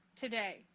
today